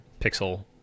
pixel